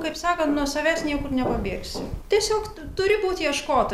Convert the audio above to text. kaip sakant nuo savęs niekur nepabėgsi tiesiog tu turi būt ieškot